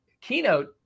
keynote